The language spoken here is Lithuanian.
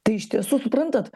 tai iš tiesų suprantat